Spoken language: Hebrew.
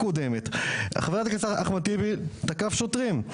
הממשלה הקודמת, תקף שוטרים.